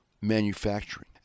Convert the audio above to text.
manufacturing